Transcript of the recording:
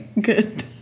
Good